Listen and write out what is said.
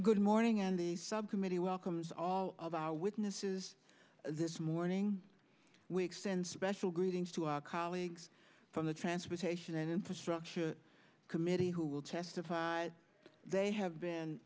good morning and the subcommittee welcomes all of our witnesses this morning we extend special greetings to our colleagues from the transportation and infrastructure committee who will testify that they have been